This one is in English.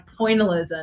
pointillism